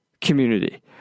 community